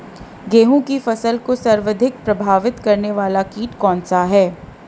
गेहूँ की फसल को सर्वाधिक प्रभावित करने वाला कीट कौनसा है?